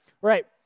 right